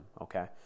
Okay